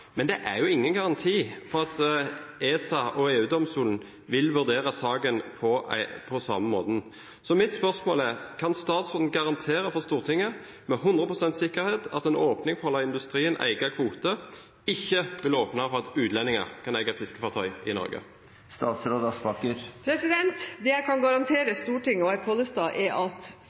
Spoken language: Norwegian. men det er jo ingen garanti for at ESA og EU-domstolen vil vurdere saken på samme måten. Mitt spørsmål er: Kan statsråden garantere for Stortinget, med 100 pst. sikkerhet, at en åpning for å la industrien få eie kvoter ikke vil åpne for at utlendinger kan eie fiskefartøy i Norge? Det jeg kan garantere Stortinget og hr. Pollestad, er at